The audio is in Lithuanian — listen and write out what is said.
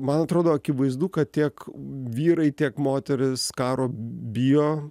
man atrodo akivaizdu kad tiek vyrai tiek moterys karo bijo